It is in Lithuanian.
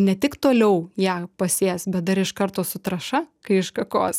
ne tik toliau ją pasės bet dar iš karto su trąša kai iškakos